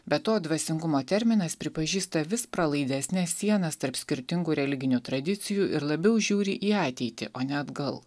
be to dvasingumo terminas pripažįsta vis pralaidesnes sienas tarp skirtingų religinių tradicijų ir labiau žiūri į ateitį o ne atgal